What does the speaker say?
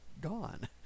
gone